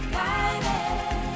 guided